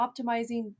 optimizing